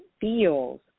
feels